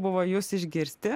buvo jus išgirsti